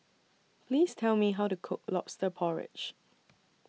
Please Tell Me How to Cook Lobster Porridge